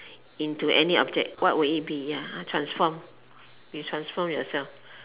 into any object what would it be ya transform you transform yourself